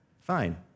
Fine